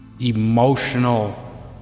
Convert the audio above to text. emotional